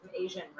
Asian